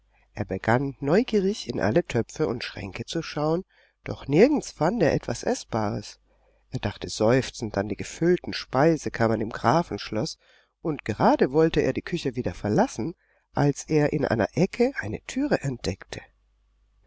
er begann neugierig in alle töpfe und schränke zu schauen doch nirgends fand er etwas eßbares er dachte seufzend an die gefüllten speisekammern im grafenschloß und gerade wollte er die küche wieder verlassen als er in einer ecke eine türe entdeckte